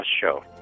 Show